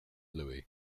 louis